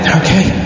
okay